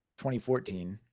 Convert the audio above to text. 2014